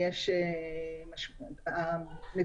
אני יודעת את לא תגידי לי שכן,